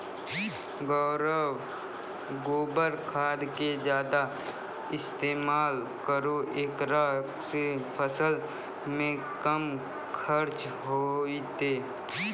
गोबर खाद के ज्यादा इस्तेमाल करौ ऐकरा से फसल मे कम खर्च होईतै?